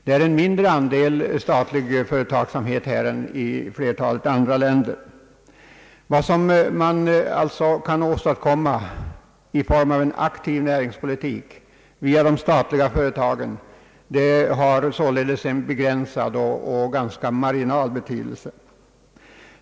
Det är en mindre andel statlig företagsamhet i Sverige än i flertalet andra länder. Vad man kan åstadkomma i fråga om en aktiv näringspolitik via de statliga företagen har följaktligen en begränsad och ganska marginell betydelse.